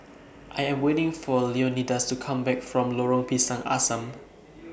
I Am waiting For Leonidas to Come Back from Lorong Pisang Asam